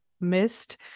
missed